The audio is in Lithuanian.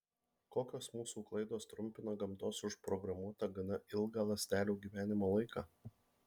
kokios mūsų klaidos trumpina gamtos užprogramuotą gana ilgą ląstelių gyvenimo laiką